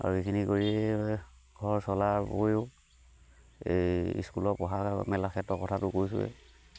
আৰু এইখিনি কৰিয়েই ঘৰ চলাৰ উপৰিও এই স্কুলৰ পঢ়া মেলা ক্ষেত্ৰত কথাটো কৈছোঁৱেই